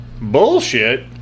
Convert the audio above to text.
Bullshit